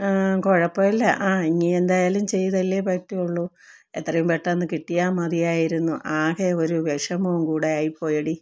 കുഴപ്പമില്ല ആ ഇനി എന്തായാലും ചെയ്തല്ലേ പറ്റുള്ളൂ എത്രയും പെട്ടെന്ന് കിട്ടിയാല് മതിയായിരുന്നു ആകെ ഒരു വിഷമവും കൂടെ ആയിപ്പോയെടീ